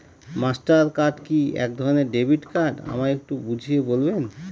Master card কি একধরণের debit card আমায় একটু বুঝিয়ে বলবেন?